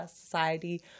society